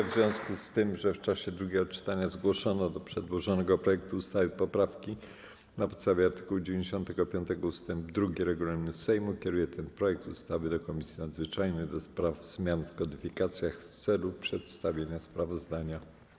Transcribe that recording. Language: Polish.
W związku z tym, że w czasie drugiego czytania zgłoszono do przedłożonego projektu ustawy poprawki, na podstawie art. 95 ust. 2 regulaminu Sejmu kieruję ten projekt ustawy do Komisji Nadzwyczajnej do spraw zmian w kodyfikacjach w celu przedstawienia sprawozdania.